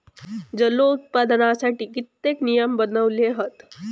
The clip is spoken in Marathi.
जलोत्पादनासाठी कित्येक नियम बनवले हत